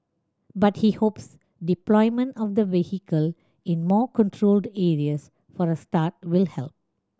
but he hopes deployment of the vehicle in more controlled areas for a start will help